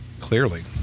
Clearly